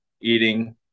eating